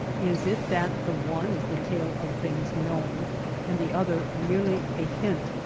is it that the one is the tale of things known and the other merely a hint,